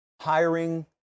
hiring